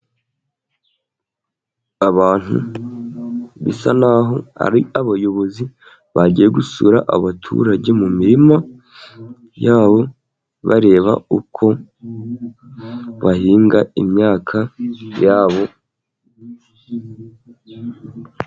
Abantu bisa naho ari abayobozi bagiye gusura abaturage mu mirima yabo, bareba uko bahinga imyaka yabo.